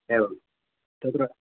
एवं तत्र